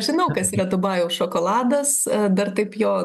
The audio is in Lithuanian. žinau kas yra dubajaus šokoladas dar taip jo